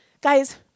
Guys